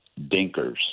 dinkers